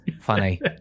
Funny